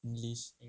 english